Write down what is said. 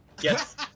Yes